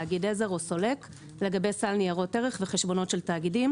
תאגיד עזר או סולק לגבי סל ניירות ערך וחשבונות של תאגידים),